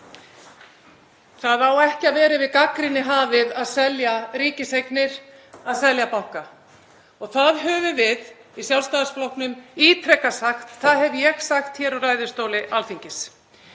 Það á ekki að vera yfir gagnrýni hafið að selja ríkiseignir, að selja banka. Það höfum við í Sjálfstæðisflokknum ítrekað sagt og það hef ég sagt úr ræðustóli Alþingis.